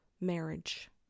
marriage